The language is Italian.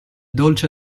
dolce